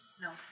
No